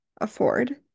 afford